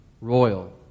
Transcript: royal